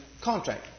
contract